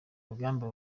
rugamba